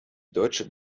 deutsche